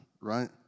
right